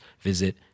visit